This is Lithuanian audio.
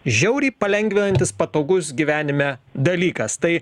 žiauriai palengvinantis patogus gyvenime dalykas tai